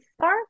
star